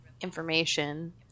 information